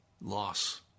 loss